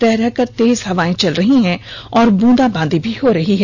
रह रह कर तेज हवाएं चल रही हैं और बूंदा बांदी भी हो रही है